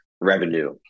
revenue